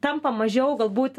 tampa mažiau galbūt